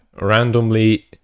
randomly